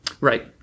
Right